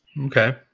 Okay